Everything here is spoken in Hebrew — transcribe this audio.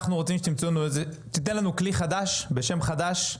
אנחנו רוצים שתיתן לנו כלי חדש בשם חדש,